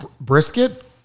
Brisket